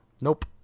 Nope